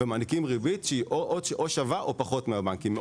ומעניקים ריבית שהיא שווה או פחותה מזו של הבנקים.